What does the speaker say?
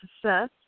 success